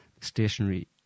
stationary